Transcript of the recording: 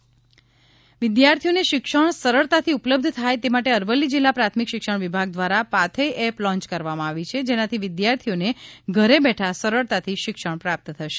Pathey learning app વિધાર્થીઓને શિક્ષણ સરળતાથી ઉપલબ્ધ થાય તે માટે અરવલ્લી જિલ્લા પ્રાથમિક શિક્ષણ વિભાગ દ્વારા પાથેય એપ લોન્ય કરવામાં આવી છે જેનાથી વિધાર્થીઓને ઘરે બેઠા સરળતાથી શિક્ષણ પ્રાપ્ત થશે